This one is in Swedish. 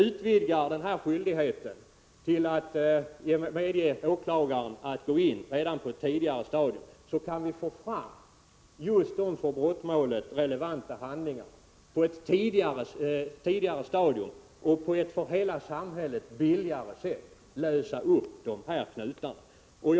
Om vi nu ger möjlighet för åklagaren att gå in redan på ett tidigare stadium, kan vi snabbare få fram just de för brottmålet relevanta handlingarna och därmed på ett för hela samhället billigare sätt lösa upp knutarna.